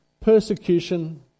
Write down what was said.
persecution